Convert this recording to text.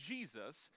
Jesus